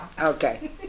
Okay